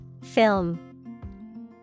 Film